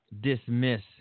dismiss